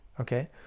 okay